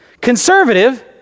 Conservative